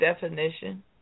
definition